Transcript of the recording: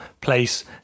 place